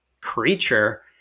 creature